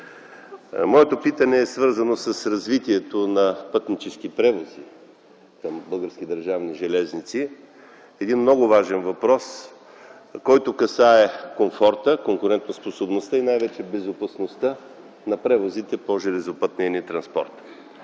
Моето питане е свързано с развитието на пътническите превози на БДЖ – един много важен въпрос, който касае комфорта, конкурентоспособността и най-вече безопасността на превозите по железопътния ни транспорт.